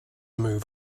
move